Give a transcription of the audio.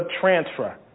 transfer